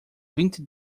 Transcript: vinte